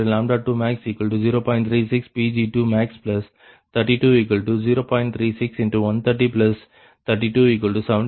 8 RsMWhr ஆகும்